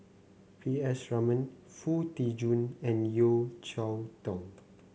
P S Raman Foo Tee Jun and Yeo Cheow Tong